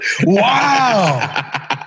Wow